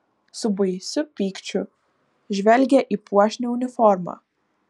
su baisiu pykčiu žvelgė į puošnią uniformą